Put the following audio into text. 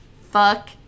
fuck